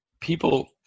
people